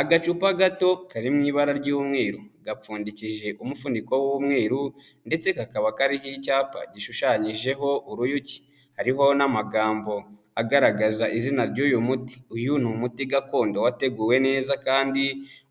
Agacupa gato kari mu ibara ry'umweru, gapfundikishije umufuniko w'umweru ndetse kakaba kariho icyapa gishushanyijeho uruyuki, hariho n'amagambo agaragaza izina ry'uyu muti, uyu ni umuti gakondo wateguwe neza kandi